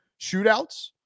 shootouts